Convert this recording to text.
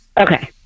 Okay